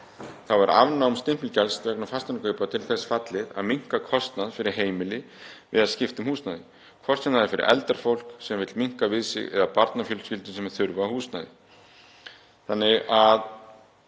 Þá er afnám stimpilgjalds vegna fasteignakaupa til þess fallið að minnka kostnað fyrir heimili við að skipta um húsnæði, hvort sem er fyrir eldra fólk sem vill minnka við sig eða barnafjölskyldur sem þurfa stærra húsnæði.